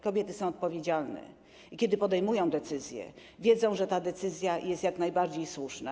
Kobiety są odpowiedzialne i kiedy podejmują decyzję, wiedzą, że ta decyzja jest jak najbardziej słuszna.